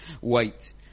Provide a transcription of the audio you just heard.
wait